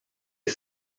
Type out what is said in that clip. est